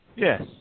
Yes